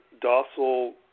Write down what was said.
docile